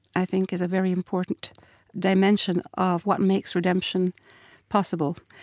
i think, is a very important dimension of what makes redemption possible.